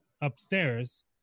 upstairs